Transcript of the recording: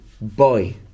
boy